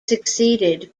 succeeded